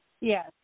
Yes